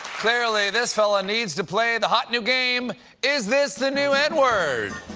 clearly, this fella needs to play the hot new game is this the new n-word?